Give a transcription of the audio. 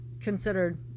considered